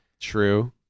true